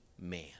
man